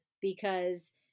because-